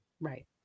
Right